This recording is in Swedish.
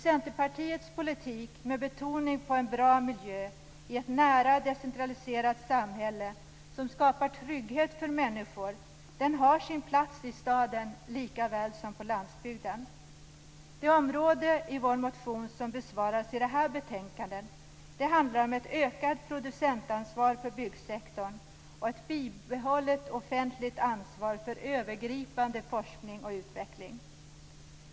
Centerpartiets politik, med betoning på en bra miljö i ett nära och decentraliserat samhälle som skapar trygghet för människor, har sin plats i staden likaväl som på landsbygden. Det område i vår motion som besvaras i detta betänkande handlar om ett ökat producentansvar för byggsektorn och ett bibehållet offentligt ansvar för övergripande forskning och utveckling.